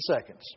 seconds